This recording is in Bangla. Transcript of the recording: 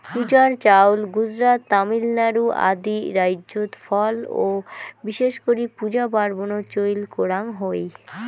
পূজার চাউল গুজরাত, তামিলনাড়ু আদি রাইজ্যত ফল ও বিশেষ করি পূজা পার্বনত চইল করাঙ হই